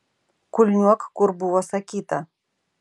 kulniuok kur buvo sakyta